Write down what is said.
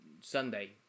Sunday